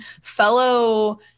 fellow